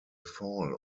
fall